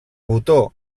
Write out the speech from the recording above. botó